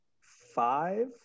five